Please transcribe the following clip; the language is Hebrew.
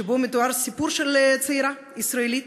שבו מתואר סיפור של צעירה ישראלית,